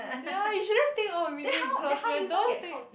ya you shouldn't think oh really have close friend don't think